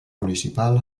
municipal